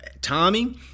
Tommy